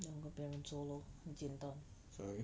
sorry